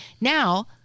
now